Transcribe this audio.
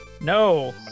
no